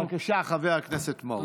בבקשה, חבר הכנסת מעוז.